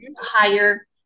higher